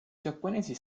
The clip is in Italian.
giapponesi